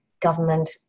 government